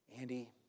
Andy